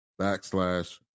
backslash